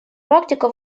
практика